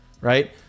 right